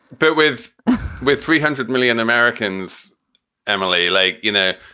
but with with three hundred million americans emily, like, you know,